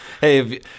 Hey